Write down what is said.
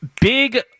Big